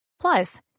Plus